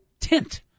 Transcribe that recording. tint